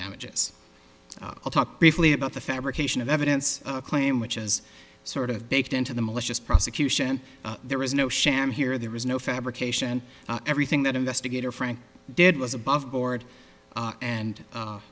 damages i'll talk briefly about the fabrication of evidence a claim which is sort of baked into the malicious prosecution there is no sham here there is no fabrication everything that investigator frank did was above board a